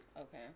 Okay